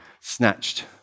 snatched